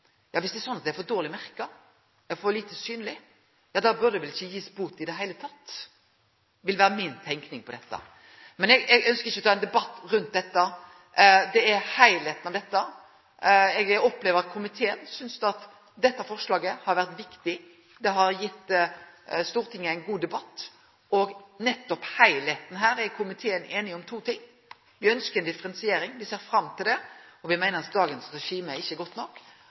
det er slik at det er for dårleg merka, for lite synleg, bør ein vel ikkje gi bot i det heile, vil vere mi tenking om dette. Men eg ønskjer ikkje å ta ein debatt rundt dette. Det er heilskapen i dette. Eg opplever at komiteen synest at dette forslaget har vore viktig. Det har gitt Stortinget ein god debatt, og nettopp når det gjeld heilskapen her, er komiteen einig om to ting: Me ønskjer ei differensiering – me ser fram til det – og me meiner at dagens regime ikkje er godt nok.